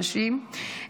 הנשים,